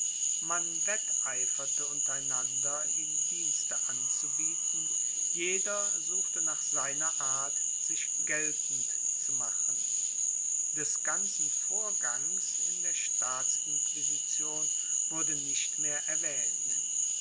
man wetteiferte untereinander ihm dienste anzubieten jeder suchte nach seiner art sich geltend zu machen des ganzen vorgangs in der staatsinquisition wurde nicht mehr erwähnt